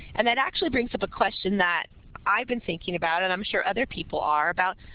and that actually brings up a question that i've been thinking about and i'm sure other people are about,